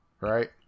right